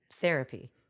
therapy